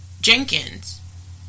jenkins